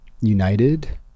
united